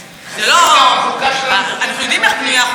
אנחנו יודעים איך בנויה חוקה.